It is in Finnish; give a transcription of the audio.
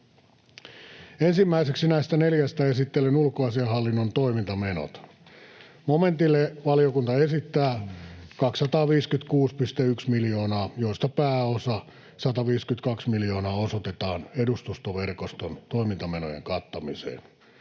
Ensimmäiseksi näistä neljästä esittelen ulkoasiainhallinnon toimintamenot. Momentille valiokunta esittää 256,1 miljoonaa, josta pääosa, 152 miljoonaa, osoitetaan edustustoverkoston toimintamenojen kattamiseen.